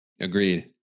Agreed